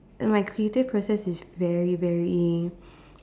and like creative process is very very